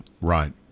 right